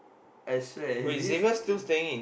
I swear is this